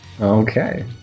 Okay